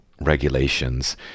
regulations